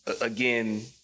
again